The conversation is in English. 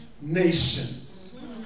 nations